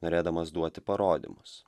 norėdamas duoti parodymus